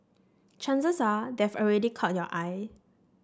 chances are they've already caught your eye